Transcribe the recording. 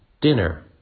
dinner